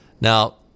Now